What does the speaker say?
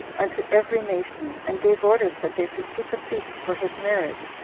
unto every nation, and gave orders that they should keep a feast for his marriage,